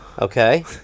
Okay